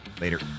later